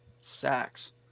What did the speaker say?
sacks